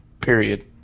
period